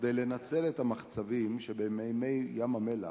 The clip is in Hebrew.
וכדי לנצל את המחצבים שבמימי ים-המלח,